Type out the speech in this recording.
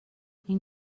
این